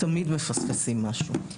תמיד מפספסים משהו.